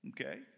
okay